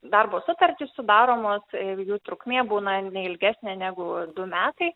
darbo sutartys sudaromos jei jų trukmė būna ne ilgesnė negu du metai